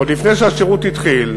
עוד לפני שהשירות התחיל.